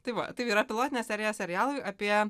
tai va tai yra pilotinė serija serialui apie